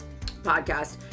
podcast